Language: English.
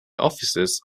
offices